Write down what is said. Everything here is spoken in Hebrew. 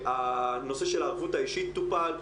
הנושא של הערבות האישית טופל.